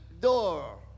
door